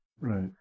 Right